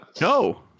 no